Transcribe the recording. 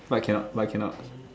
why cannot why cannot